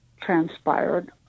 transpired